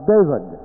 David